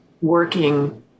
Working